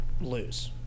lose